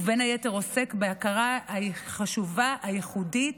ובין היתר עוסק בהכרה החשובה והייחודית